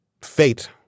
Fate